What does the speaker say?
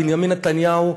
בנימין נתניהו,